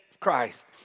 Christ